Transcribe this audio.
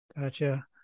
Gotcha